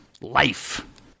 Life